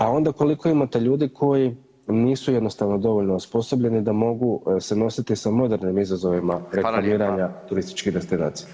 A onda koliko imate ljudi koji nisu jednostavno dovoljno osposobljeni da mogu se nositi sa modernim izazovima rektariranja turističkih [[Upadica: Fala lijepa]] destinacija.